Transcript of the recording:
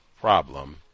problem